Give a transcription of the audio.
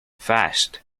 fast